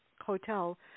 hotel